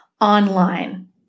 online